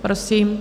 Prosím.